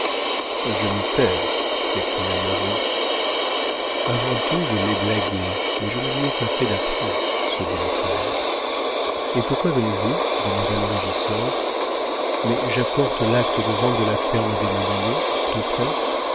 je m'y perds s'écria moreau après tout je l'ai blagué mais je ne lui ai pas fait d'affront se dit le clerc et pourquoi venez-vous demanda le régisseur mais j'apporte l'acte de vente de la ferme des moulineaux tout prêt